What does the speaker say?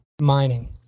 Mining